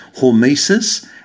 hormesis